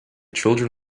children